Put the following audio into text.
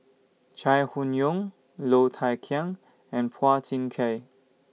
Chai Hon Yoong Low Thia Khiang and Phua Thin Kiay